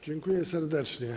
Dziękuję serdecznie.